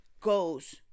goes